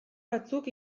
batzuk